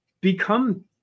become